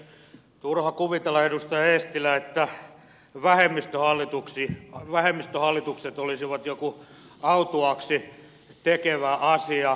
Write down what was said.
turha kuvitella edustaja eestilä että vähemmistöhallitukset olisivat joku autuaaksi tekevä asia